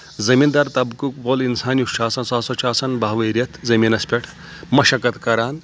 زمیٖندار طبقُک وول انسان یُس چھُ آسان سُہ ہسا چھُ آسان بہوٕے رؠتھ زٔمیٖنس پؠٹھ مَشقت کران